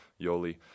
Yoli